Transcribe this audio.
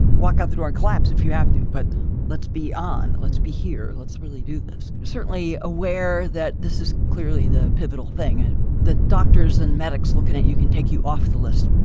walk out the door, collapse if you have to, but let's be on let's be here, let's really do this certainly aware that this is clearly the pivotal thing and the doctors and medics looking at you can take you off the list,